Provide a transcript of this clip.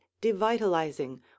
devitalizing